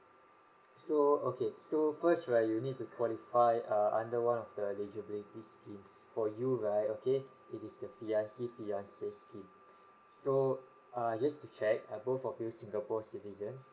so okay so first right you need to qualify err under one of the eligibility schemes for you right okay it is the fiancée fiancé scheme so err just to check are both of you singapore citizens